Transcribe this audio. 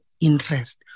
interest